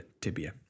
tibia